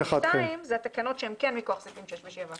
בתיקון 32 אלו התקנות שהן כן מכוח סעיפים 6 ו-7.